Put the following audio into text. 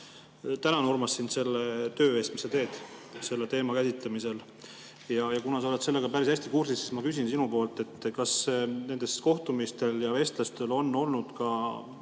Tänan, Urmas, sind selle töö eest, mis sa teed selle teema käsitlemisel! Kuna sa oled sellega päris hästi kursis, siis ma küsin sinult, kas nendel kohtumistel ja vestlustel on olnud ka